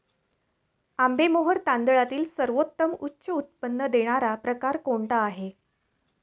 आंबेमोहोर तांदळातील सर्वोत्तम उच्च उत्पन्न देणारा प्रकार कोणता आहे?